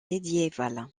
médiéval